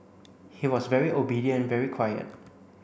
he was very obedient very quiet